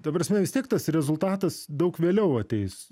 ta prasme vis tiek tas rezultatas daug vėliau ateis